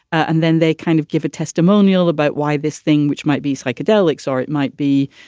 and then they kind of give a testimonial about why this thing, which might be psychedelics or it might be,